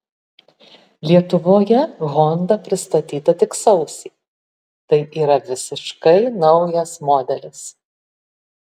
lietuvoje honda pristatyta tik sausį tai yra visiškai naujas modelis